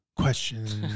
questions